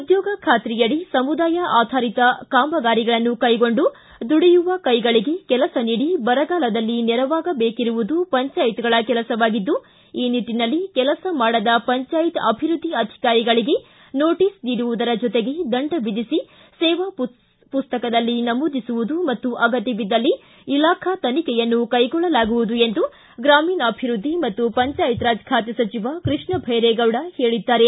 ಉದ್ಯೋಗ ಬಾತ್ರಿಯಡಿ ಸಮುದಾಯ ಆಧಾರಿತ ಕಾಮಗಾರಿಗಳನ್ನು ಕೈಗೊಂಡು ದುಡಿಯುವ ಕೈಗಳಿಗೆ ಕೆಲಸ ನೀಡಿ ಬರಗಾಲದಲ್ಲಿ ನೆರವಾಗಬೇಕಿರುವುದು ಪಂಚಾಯತ್ಗಳ ಕೆಲಸವಾಗಿದ್ದು ಈ ನಿಟ್ಟನಲ್ಲಿ ಕೆಲಸ ಮಾಡದ ಪಂಚಾಯತ್ ಅಭಿವೃದ್ಧಿ ಅಧಿಕಾರಿಗಳಗೆ ನೋಟಿಸ್ ನೀಡುವುದರ ಜೊತೆಗೆ ದಂಡ ವಿಧಿಸಿ ಸೇವಾ ಪುಸ್ತಕದಲ್ಲಿ ನಮೂದಿಸುವುದು ಮತ್ತು ಅಗತ್ಯವಿದ್ದಲ್ಲಿ ಇಲಾಖಾ ತನಿಖೆಯನ್ನು ಕೈಗೊಳ್ಳಲಾಗುವುದು ಎಂದು ಗಾಮೀಣಾಭಿವೃದ್ಧಿ ಮತ್ತು ಪಂಚಾಯತ್ ರಾಜ್ ಖಾತೆ ಸಚಿವ ಕೃಷ್ಣದೈರೇಗೌಡ ಹೇಳಿದ್ದಾರೆ